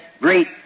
great